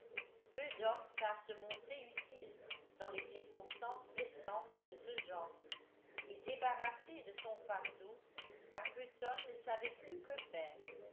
peu d'hommes savent se montrer utiles dans les circonstances pressantes de ce genre et débarrassé de son fardeau arbuton ne savait plus que faire